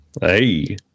Hey